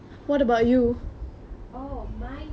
oh mine um biggest fear